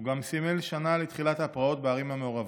הוא גם סימל שנה לתחילת הפרעות בערים המעורבות,